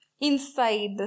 inside